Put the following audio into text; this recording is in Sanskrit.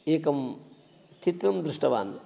एकं चित्रं दृष्टवान्